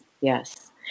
yes